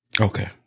Okay